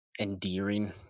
endearing